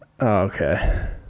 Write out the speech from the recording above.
okay